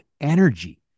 energy